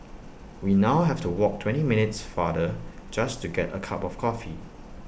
we now have to walk twenty minutes farther just to get A cup of coffee